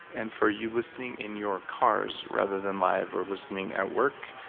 and for you listening in your cars rather than live or listening at work,